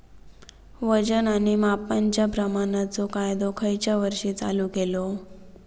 वजन आणि मापांच्या प्रमाणाचो कायदो खयच्या वर्षी चालू केलो?